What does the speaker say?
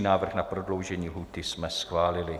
Návrh na prodloužení lhůty jsme schválili.